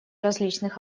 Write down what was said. различных